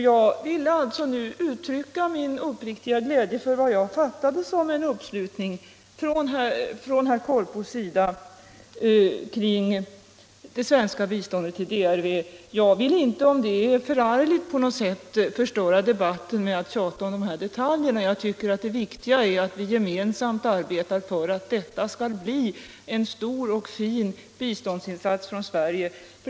Jag ville nu uttrycka min uppriktiga glädje över vad jag fattade som en uppslutning från herr Korpås sida kring det svenska biståndet till DRV. Om det är förargligt på något sätt vill jag inte förstöra debatten med att tjata om de här detaljerna. Jag tycker att det viktiga är att vi gemensamt arbetar för att det här skall bli en stor och fin biståndsinsats från Sverige.